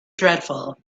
dreadful